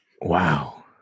Wow